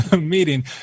meeting